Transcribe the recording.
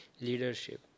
leadership